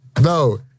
no